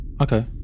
Okay